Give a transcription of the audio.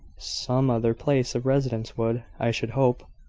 some other place of residence would, i should hope,